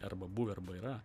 arba buvę arba yra